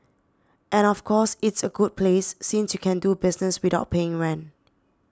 and of course it's a good place since you can do business without paying rent